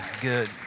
good